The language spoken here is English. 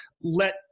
Let